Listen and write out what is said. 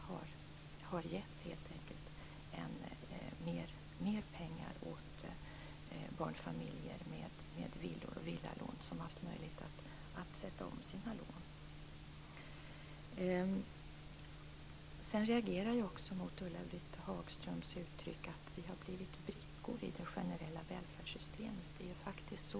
Den har helt enkelt gett mer pengar åt de barnfamiljer med villor och villalån som har haft möjlighet att sätta om sina lån. Sedan reagerar jag mot Ulla-Britt Hagströms uttryck att vi har blivit brickor i det generella välfärdssystemet.